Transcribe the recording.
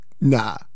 Nah